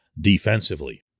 defensively